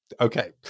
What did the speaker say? Okay